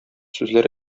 сүзләр